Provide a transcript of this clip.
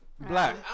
Black